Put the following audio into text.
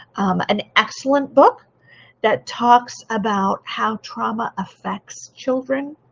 an excellent book that talks about how trauma affects children.